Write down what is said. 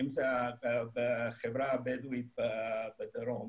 אם זה בחברה הבדואית בדרום.